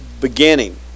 beginning